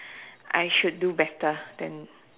I should do better than